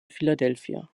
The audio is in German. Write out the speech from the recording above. philadelphia